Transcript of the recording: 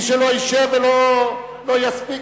מי שלא ישב ולא יספיק,